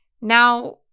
Now